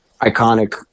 iconic